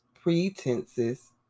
pretenses